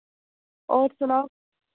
और सनाओ